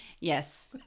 yes